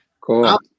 cool